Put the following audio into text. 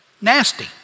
nasty